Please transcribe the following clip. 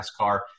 NASCAR